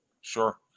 Sure